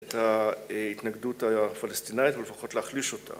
‫את ההתנגדות הפלסטינאית, ‫אבל לפחות להחליש אותה.